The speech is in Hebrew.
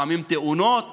לפעמים תאונות